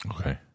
Okay